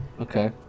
Okay